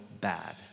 bad